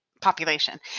population